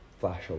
flash